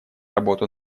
работу